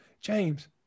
James